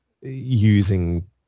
using